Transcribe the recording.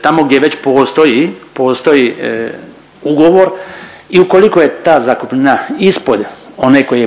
Tamo gdje već postoji, postoji ugovor i ukoliko je ta zakupnina ispod one koja je